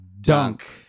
Dunk